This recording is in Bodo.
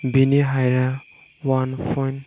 बिनि हाइतआ वान पयन्ट